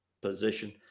position